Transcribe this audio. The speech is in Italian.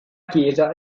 chiesa